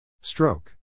Stroke